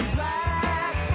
Black